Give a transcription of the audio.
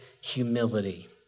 humility